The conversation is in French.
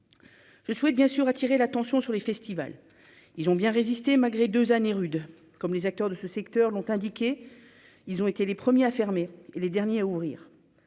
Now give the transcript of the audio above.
Je souhaite bien sûr attirer l'attention sur les festivals, ils ont bien résisté malgré 2 années rudes comme les acteurs de ce secteur, l'ont indiqué, ils ont été les premiers à fermer les derniers à ouvrir